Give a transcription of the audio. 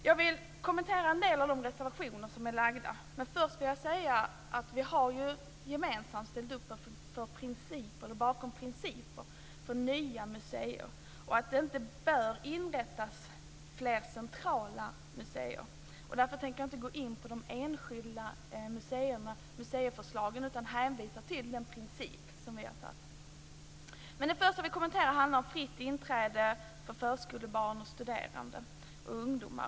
Jag vill kommentera en del av de reservationer som är lämnade, men först vill jag säga att vi gemensamt har ställt upp bakom principerna för nya museer och sagt att det inte bör inrättas fler centrala museer. Därför tänker jag inte gå in på de enskilda museiförslagen utan hänvisar till de principer som vi har antagit. Det första jag vill kommentera handlar om fritt inträde för förskolebarn, studerande och ungdomar.